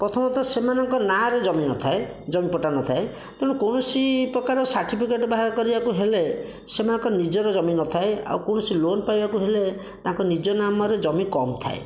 ପ୍ରଥମତଃ ସେମାନଙ୍କର ନାଁରେ ଜମି ନଥାଏ ଜମି ପଟା ନ ଥାଏ ତେଣୁ କୌଣସି ପ୍ରକାର ସାର୍ଟିଫିକେଟ ବାହାର କରିବାକୁ ହେଲେ ସେମାନଙ୍କର ନିଜର ଜମି ନ ଥାଏ ଆଉ କୌଣସି ଲୋନ ପାଇବାକୁ ହେଲେ ତାଙ୍କ ନିଜ ନାମରେ ଜମି କମ୍ ଥାଏ